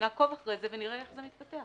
נעקוב אחרי זה ונראה איך זה מתפתח.